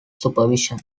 supervision